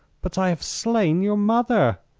but i have slain your mother!